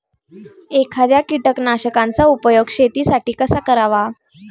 एखाद्या कीटकनाशकांचा उपयोग शेतीसाठी कसा करावा?